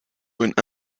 went